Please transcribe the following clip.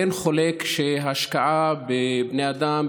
אין חולק שהשקעה בבני אדם,